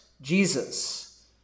Jesus